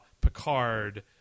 Picard